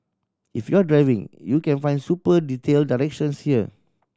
if you're driving you can find super detailed directions here